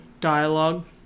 dialogue